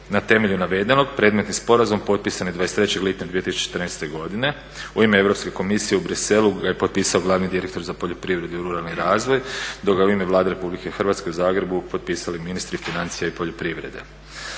Na temelju navedeno predmetni sporazum potpisan je 23. lipnja 2014. godine u ime Europske komisije u Briselu ga je potpisao glavni direktor za poljoprivredu i ruralni razvoj dok ga je u ime Vlade Republike Hrvatske u Zagrebu potpisali ministri financija i poljoprivrede.